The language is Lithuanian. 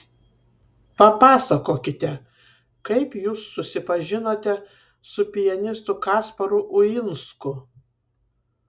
papasakokite kaip jūs susipažinote su pianistu kasparu uinsku